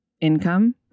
income